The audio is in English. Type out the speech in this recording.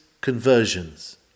conversions